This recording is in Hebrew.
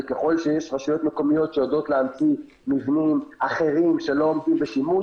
וככל שיש רשויות מקומיות שיודעות להמציא מבנים אחרים שלא עומדים בשימוש,